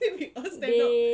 then we all stand up